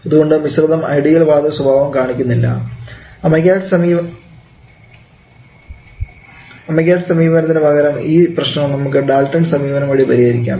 അതുകൊണ്ട് മിശ്രിതം ഐഡിയൽ വാതകസ്വഭാവം കാണിക്കുന്നില്ല അമഗ്യാസ്റ്റ്സ് സമീപനത്തിന് പകരം ഈ പ്രശ്നം നമുക്ക് ഡാൽട്ടൻസ് സമീപനം വഴി പരിഹരിക്കാം